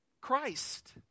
Christ